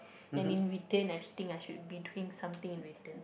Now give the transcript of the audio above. and in return I think I should be doing something in return